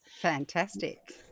Fantastic